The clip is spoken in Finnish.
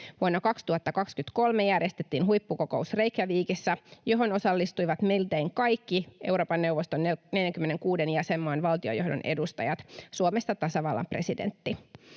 Vuonna 2023 järjestettiin Reykjavíkissa huippukokous, johon osallistuivat miltei kaikki Euroopan neuvoston 46 jäsenmaan valtiojohdon edustajat, Suomesta tasavallan presidentti.